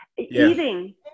Eating